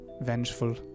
vengeful